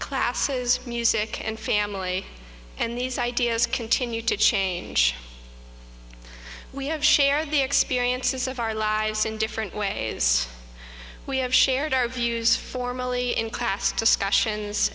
classes music and family and these ideas continue to change we have share the experiences of our lives in different ways we have shared our views formally in class discussions